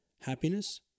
Happiness